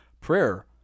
Prayer